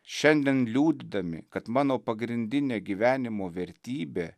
šiandien liudydami kad mano pagrindinė gyvenimo vertybė